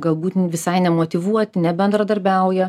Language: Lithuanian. galbūt visai nemotyvuoti nebendradarbiauja